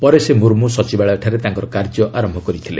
ପରେ ଶ୍ରୀ ମୁର୍ମୁ ସଚିବାଳୟଠାରେ ତାଙ୍କର କାର୍ଯ୍ୟ ଆରମ୍ଭ କରିଛନ୍ତି